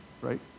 right